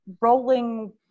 rolling